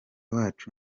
wacu